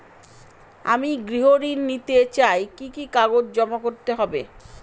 আমি গৃহ ঋণ নিতে চাই কি কি কাগজ জমা করতে হবে?